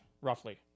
roughly